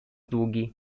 długi